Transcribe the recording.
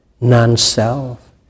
non-self